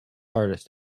artist